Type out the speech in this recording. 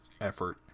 effort